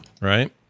Right